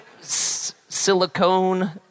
silicone